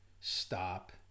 stop